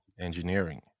engineering